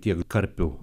tiek karpių